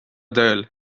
tööl